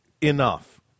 enough